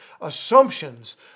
assumptions